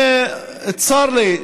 לך.